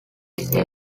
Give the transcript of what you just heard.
senior